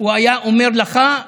הוא היה אומר לך: